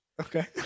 Okay